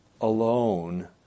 alone